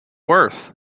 worth